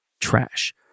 trash